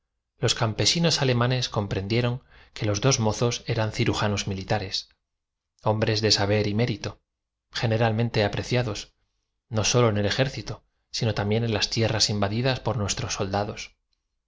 los campesinos alerhanes compren dieron que los dos mozos eran cirujanos militares hombres de saber y mérito generalmente apreciados no sólo en el ejército sino también en las tierras invadidas por nuestros soldados